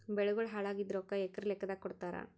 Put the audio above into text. ಬೆಳಿಗೋಳ ಹಾಳಾಗಿದ ರೊಕ್ಕಾ ಎಕರ ಲೆಕ್ಕಾದಾಗ ಕೊಡುತ್ತಾರ?